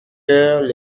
heures